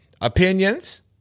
opinions